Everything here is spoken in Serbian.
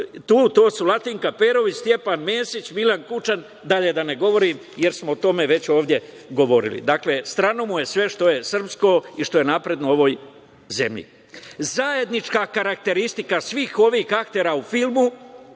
su Latinka Perović, Stjepan Mesić, Milan Kučan, dalje da ne govorim, jer smo o tome već ovde govorili. Dakle, strano mu je sve što je srpsko i što je napredno u ovoj zemlji. Zajednička karakteristika svih ovih aktera u filmu